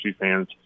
fans